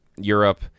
Europe